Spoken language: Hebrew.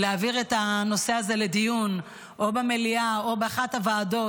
להעביר את הנושא הזה לדיון או במליאה או באחת הוועדות,